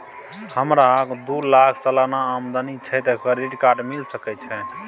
हमरा दू लाख सालाना आमदनी छै त क्रेडिट कार्ड मिल सके छै?